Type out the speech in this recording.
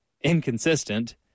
inconsistent